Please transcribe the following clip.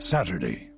Saturday